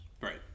Right